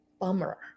bummer